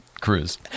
Cruise